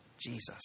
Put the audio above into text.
Jesus